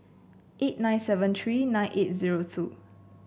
eight nine seven three nine eight zero two